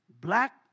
Black